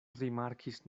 rimarkis